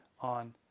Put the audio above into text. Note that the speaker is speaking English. on